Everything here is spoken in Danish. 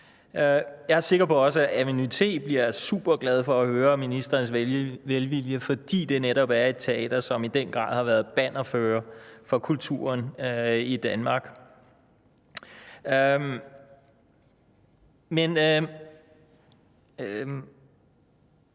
Jeg er også sikker på, at Aveny-T bliver superglade for at høre ministerens velvilje, fordi det netop er et teater, som i den grad har været bannerfører for kulturen i Danmark.